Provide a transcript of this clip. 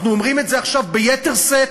אנחנו אומרים את זה עכשיו ביתר שאת,